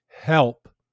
help